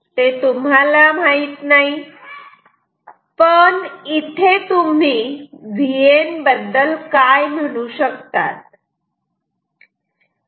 ते तुम्हाला माहित नाही पण इथे तुम्ही Vn बद्दल काय म्हणू शकतात